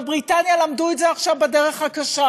בבריטניה למדו את זה עכשיו בדרך הקשה,